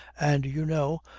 and you know,